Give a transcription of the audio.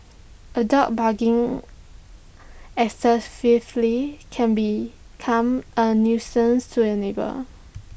A dog barking excessively can become A nuisance to your neighbours